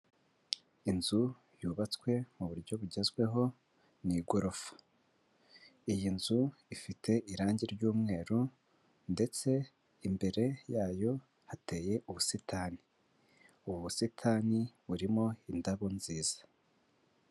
Inzu yubatswe mu buryo bugezweho ni igorofa, iyi nzu ifite irangi ry'umweru, ndetse imbere yayo hateye ubusitani, ubu busitani burimo indabo nziza.